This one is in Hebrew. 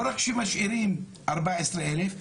לא רק שמשאירים 14,000,